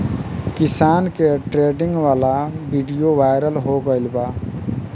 किसान के ट्रेनिंग वाला विडीओ वायरल हो गईल बा